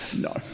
no